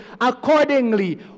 accordingly